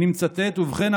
ואני מצטט: "ובכן,